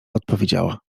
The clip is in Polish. odpowiedziała